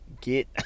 get